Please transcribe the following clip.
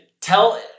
tell